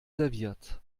serviert